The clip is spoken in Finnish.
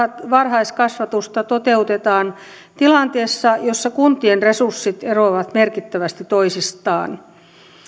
varhaiskasvatusta toteutetaan tilanteessa jossa kuntien resurssit eroavat merkittävästi toisistaan